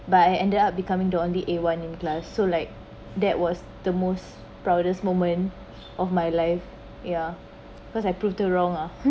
but I ended up becoming the only A one in class so like that was the most proudest moment of my life ya because I prove the wrong ah